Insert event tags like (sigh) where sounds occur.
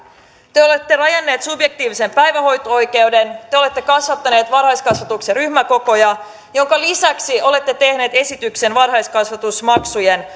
te te olette rajanneet subjektiivista päivähoito oikeutta te olette kasvattaneet varhaiskasvatuksen ryhmäkokoja minkä lisäksi olette tehneet esityksen varhaiskasvatusmaksujen (unintelligible)